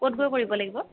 ক'ত গৈ কৰিব লাগিব